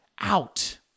out